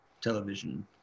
television